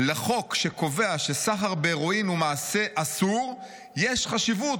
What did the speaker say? לחוק שקובע שסחר בהרואין הוא מעשה אסור יש חשיבות.